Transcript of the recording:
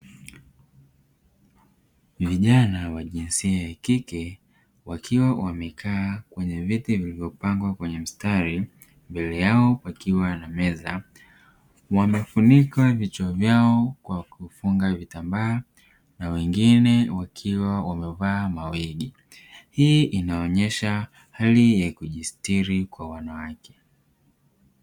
Vijana wa jinsia ya kike wakiwa wamekaa kwenye viti vilivyopangwa kwenye mstari mbele yao pakiwa na meza wamefunikwa vichwa vyao kwa kufunga vitambaa, na wengine wakiwa wamevaa mawili hii inaonyesha hali ya kujisitiri kwa wanawake.